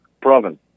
province